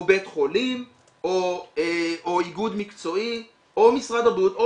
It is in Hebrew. או בית חולים או איגוד מקצועי או משרד הבריאות או